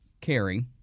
carry—